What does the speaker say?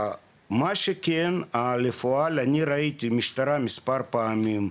מה שכן, אני ראיתי את המשטרה מספר פעמים,